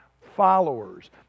followers